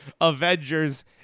Avengers